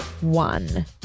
one